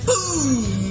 Boom